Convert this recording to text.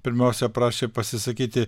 pirmiausia prašė pasisakyti